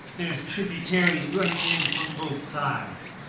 there's tributaries running in from both sides,